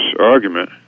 argument